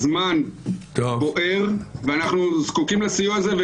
הזמן בוער, ואנחנו זקוקים לסיוע הזה.